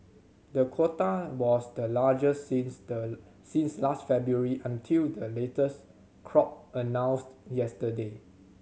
the quota was the largest since the since last February until the latest crop announced yesterday